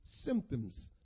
Symptoms